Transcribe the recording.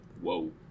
Whoa